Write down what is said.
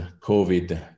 COVID